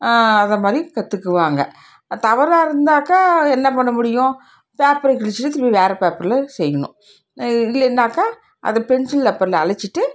அது மாதிரி கற்றுக்குவாங்க தவறாக இருந்தாக்கா என்ன பண்ண முடியும் பேப்பரை கிழிச்சிட்டு திரும்பி வேறு பேப்பரில் செய்யணும் இல்லைன்னாக்கா அது பென்சில் ரப்பர்ல அழிச்சுட்டு